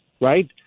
right